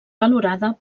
valorada